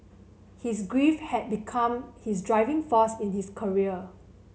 his grief had become his driving force in his career